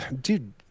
dude